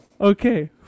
Okay